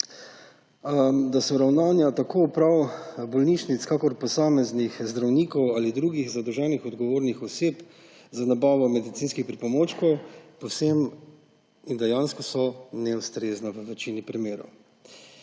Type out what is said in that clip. Da so ravnanja tako uprav bolnišnic kakor posameznih zdravnikov ali drugih zadolženih, odgovornih oseb za nabavo medicinskih pripomočkov povsem in dejansko neustrezna v večini primerov.